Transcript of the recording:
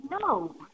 no